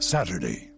Saturday